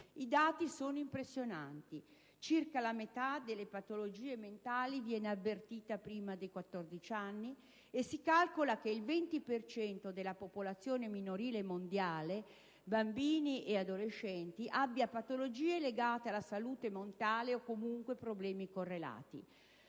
I dati sono impressionanti: circa la metà delle patologie mentali viene avvertita prima dei quattordici anni e si calcola che il 20 per cento della popolazione minorile mondiale (bambini e adolescenti) abbia patologie legate alla salute mentale o comunque problemi correlati.